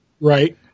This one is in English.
Right